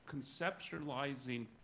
conceptualizing